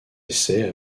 essais